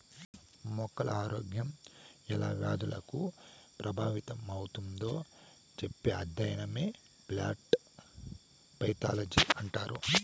మొక్కల ఆరోగ్యం ఎలా వ్యాధులకు ప్రభావితమవుతుందో చెప్పే అధ్యయనమే ప్లాంట్ పైతాలజీ అంటారు